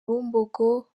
bumbogo